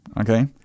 okay